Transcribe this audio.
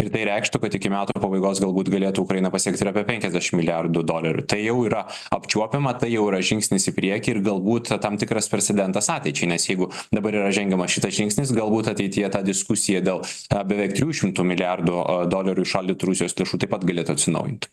ir tai reikštų kad iki metų pabaigos galbūt galėtų ukrainą pasiekt ir apie penkiasdešim milijardų dolerių tai jau yra apčiuopiama tai jau yra žingsnis į priekį ir galbūt tam tikras precedentas ateičiai nes jeigu dabar yra žengiamas šitas žingsnis galbūt ateityje ta diskusija dėl a beveik trijų šimtų milijardų a dolerių įšaldytų rusijos lėšų taip pat galėtų atsinaujint